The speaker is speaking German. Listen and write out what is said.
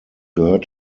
gehört